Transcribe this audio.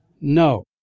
No